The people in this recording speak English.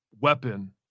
weapon